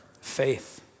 faith